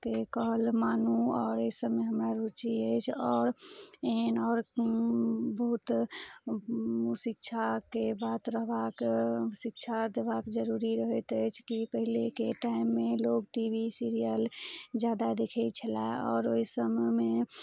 के कहल मानू आओर एहि सबमे हमरा रुचि अछि आओर एहन आओर बहुत शिक्षाके बात रहबाक शिक्षा देबाक जरूरी रहैत अछि की पहिलेके टाइममे लोग टी वी सीरियल जादा देखै छलए आओर ओहि समयमे